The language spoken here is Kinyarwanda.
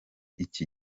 iki